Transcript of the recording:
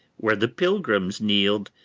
where the pilgrims kneel'd,